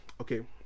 Okay